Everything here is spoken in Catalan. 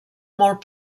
molt